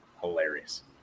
Hilarious